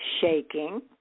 shaking